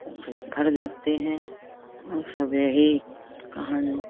सब और सब भर जाते हैं और सब यही कहानी